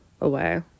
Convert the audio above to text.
away